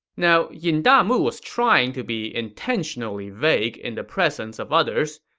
now, yin damu was trying to be intentionally vague in the presence of others.